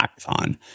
hackathon